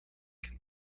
can